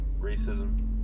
racism